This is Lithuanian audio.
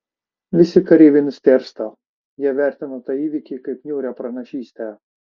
visi kareiviai nustėrsta jie vertina tą įvykį kaip niūrią pranašystę